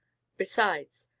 besides,